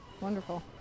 Wonderful